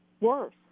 worse